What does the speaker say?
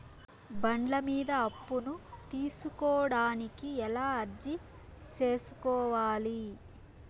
బండ్ల మీద అప్పును తీసుకోడానికి ఎలా అర్జీ సేసుకోవాలి?